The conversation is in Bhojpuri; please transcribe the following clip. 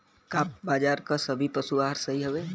का बाजार क सभी पशु आहार सही हवें?